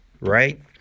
right